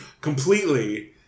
completely